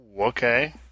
Okay